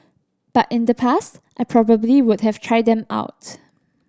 but in the past I probably would have tried them out